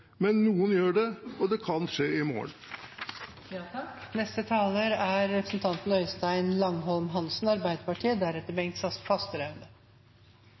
men noen gjør det, og det kan skje i morgen. Det er